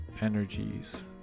energies